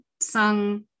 sung